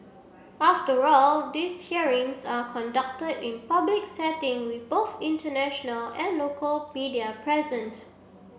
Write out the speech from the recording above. after all these hearings are conducted in public setting with both international and local media present